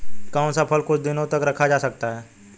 कौन सा फल कुछ दिनों तक रखा जा सकता है?